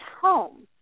home